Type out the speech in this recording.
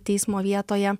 teismo vietoje